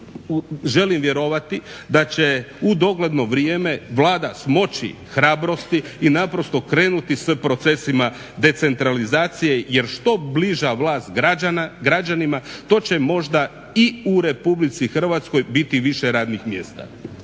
želim vjerovati da će u dogledno vrijeme Vlada smoći hrabrosti i naprosto krenuti s procesima decentralizacije jer što bliža vlast građanima to će možda i u Republici Hrvatskoj biti više radnih mjesta.